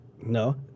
No